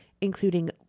including